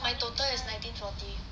my total is nineteen forty